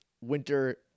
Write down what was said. winter